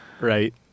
Right